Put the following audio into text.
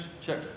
Check